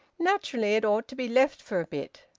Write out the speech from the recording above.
naturally it ought to be left for a bit!